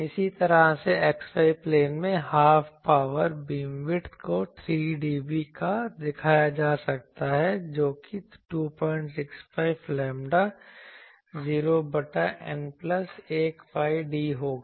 इसी तरह से x y प्लेन में हाफ पावर बीमविड्थ को 3dB का दिखाया जा सकता है जो कि 265 लैम्ब्डा 0 बटा N प्लस 1 pi d होगा